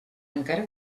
encara